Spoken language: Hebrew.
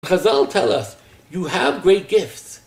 חזל אמר לנו, יש לך מתנות גדולות.